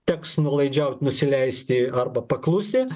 teks nuolaidžiaut nusileisti arba paklusti